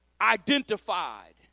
Identified